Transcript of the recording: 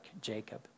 Jacob